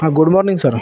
हां good morning sir